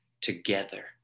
together